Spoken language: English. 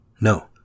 No